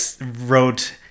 wrote